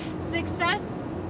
success